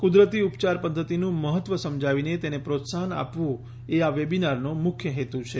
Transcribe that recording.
કુદરતી ઉપચાર પધ્ધતિનું મહત્વ સમજાવીને તેને પ્રોત્સાહન આપવું એ આ વેબીનારનો મુખ્ય હેતુ છે